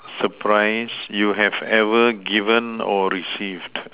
surprise you have ever given or received